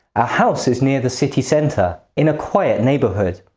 our house is near the city centre in a quiet neighborhood.